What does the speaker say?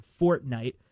Fortnite